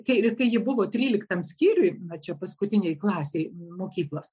kai kai ji buvo tryliktam skyriuje na čia paskutinėj klasėj mokyklos